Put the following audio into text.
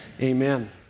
amen